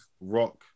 rock